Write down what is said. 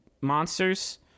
monsters